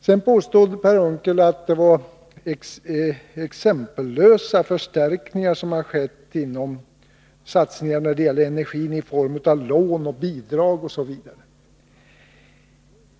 Sedan påstod Per Unckel att det var exempellösa förstärkningar som skett i fråga om satsningar när det gäller energi i form av lån, bidrag osv.